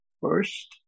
first